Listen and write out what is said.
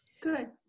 Good